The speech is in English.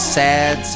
sad